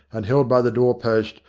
and held by the doorpost,